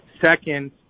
Second